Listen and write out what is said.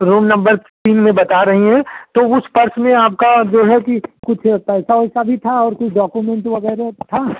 room number तीन में बता रही हैं तो उस पर्स में आपका जो है कि कुछ पैसा वैसा भी था और कुछ डॉकोमेंट वगैरह था